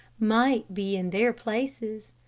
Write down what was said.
might be in their places.